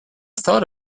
thought